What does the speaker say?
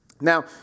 Now